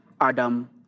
Adam